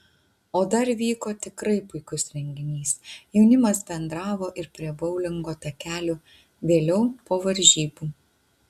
o dar vyko tikrai puikus renginys jaunimas bendravo ir prie boulingo takelių vėliau po varžybų